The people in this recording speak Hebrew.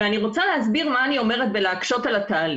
אני רוצה להסביר מה אני מתכוונת כשאני אומרת להקשות על התהליך.